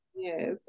Yes